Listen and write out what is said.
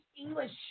English